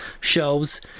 shelves